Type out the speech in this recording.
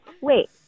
Wait